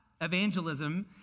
evangelism